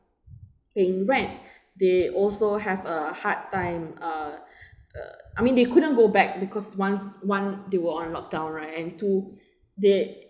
pay rent they also have a hard time uh uh I mean they couldn't go back because once one they were on lock down right and two they